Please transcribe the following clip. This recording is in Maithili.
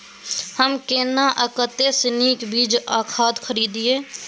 हम केना आ कतय स नीक बीज आ खाद खरीदे?